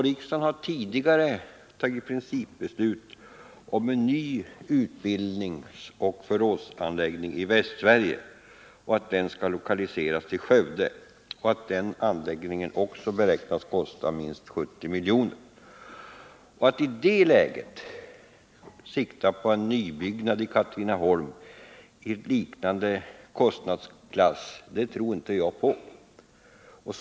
Riksdagen har tidigare fattat principbeslut om en ny utbildningsoch förrådsanläggning i Västsverige. Den skall lokaliseras till Skövde. Den anläggningen beräknas också kosta minst 70 milj.kr. Att i det läget sikta på en nybyggnad i Katrineholm i liknande kostnadsklass tror jag inte på.